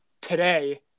today